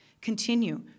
continue